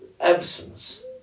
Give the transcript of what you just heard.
Absence